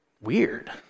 Weird